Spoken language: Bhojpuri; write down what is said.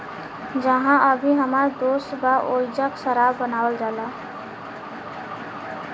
जाहा अभी हमर दोस्त बा ओइजा शराब बनावल जाला